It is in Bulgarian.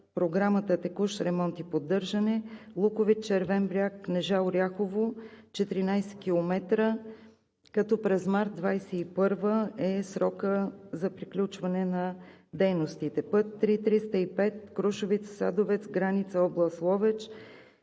Програмата „Текущ ремонт и поддържане“ Луковит – Червен бряг – Кнежа – Оряхово – 14 км, като през месец март 2021 г. е срокът за приключване на дейностите. Път III-305 Крушовица – Садовец – граница област Ловеч